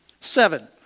Seven